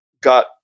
got